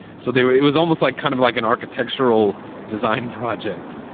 so they were it was almost like kind of like an architectural design project.